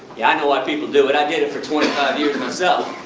yeah, i know why people do it, i did it for twenty five years myself.